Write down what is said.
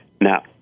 Now